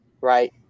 right